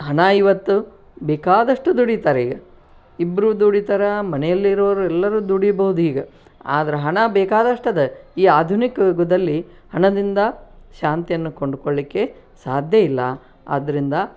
ಹಣ ಇವತ್ತು ಬೇಕಾದಷ್ಟು ದುಡೀತಾರೆ ಈಗ ಇಬ್ಬರೂ ದುಡೀತಾರೆ ಮನೆಯಲ್ಲಿರೋರು ಎಲ್ಲರೂ ದುಡಿಬೋದು ಈಗ ಆದ್ರೆ ಹಣ ಬೇಕಾದಷ್ಟು ಅದ ಈ ಆಧುನಿಕ ಯುಗದಲ್ಲಿ ಹಣದಿಂದ ಶಾಂತಿಯನ್ನು ಕೊಂಡುಕೊಳ್ಳಿಕ್ಕೆ ಸಾಧ್ಯ ಇಲ್ಲ ಆದ್ದರಿಂದ